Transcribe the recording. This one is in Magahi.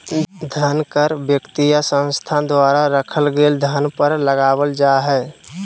धन कर व्यक्ति या संस्था द्वारा रखल गेल धन पर लगावल जा हइ